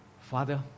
father